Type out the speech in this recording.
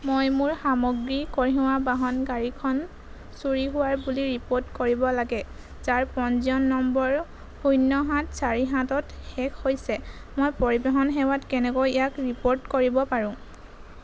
মই মোৰ সামগ্ৰী কঢ়িওৱা বাহন গাড়ীখন চুৰি হোৱাৰ বুলি ৰিপ'ৰ্ট কৰিব লাগে যাৰ পঞ্জীয়ন নম্বৰ শূণ্য সাত চাৰি সাতত শেষ হৈছে মই পৰিৱহণ সেৱাত কেনেকৈ ইয়াক ৰিপ'ৰ্ট কৰিব পাৰোঁ